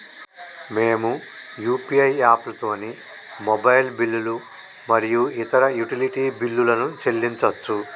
మేము యూ.పీ.ఐ యాప్లతోని మొబైల్ బిల్లులు మరియు ఇతర యుటిలిటీ బిల్లులను చెల్లించచ్చు